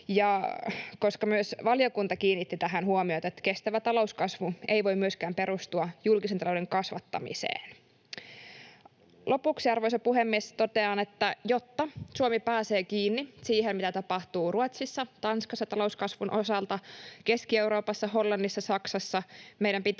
ja myös valiokunta kiinnitti huomiota tähän, että kestävä talouskasvu ei voi myöskään perustua julkisen talouden kasvattamiseen. Lopuksi, arvoisa puhemies, totean, että jotta Suomi pääsee kiinni siihen, mitä tapahtuu talouskasvun osalta Ruotsissa, Tanskassa, Keski-Euroopassa, Hollannissa ja Saksassa,